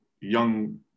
young